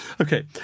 Okay